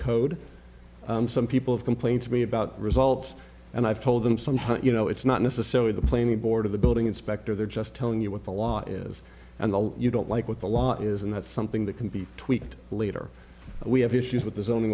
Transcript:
code some people have complained to me about results and i've told them somewhat you know it's not necessarily the plane the board of the building inspector they're just telling you what the law is and the you don't like what the law is and that's something that can be tweaked later we have issues with th